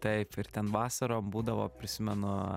taip ir ten vasarom būdavo prisimenu